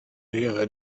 year